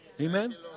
Amen